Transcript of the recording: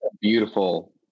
Beautiful